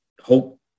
hope